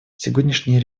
сегодняшние